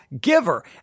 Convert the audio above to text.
giver